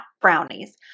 brownies